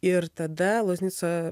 ir tada loznica